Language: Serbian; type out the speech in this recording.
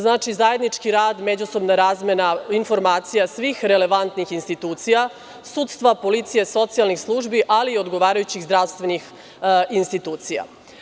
Zajednički rad, međusobna razmena informacija svih relevantnih institucija, sudstva, policije, socijalnih službi, ali i odgovarajućih zdravstvenih institucija.